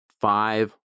five